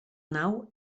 nau